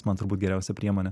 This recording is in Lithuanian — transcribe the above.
man turbūt geriausia priemonė